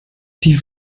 die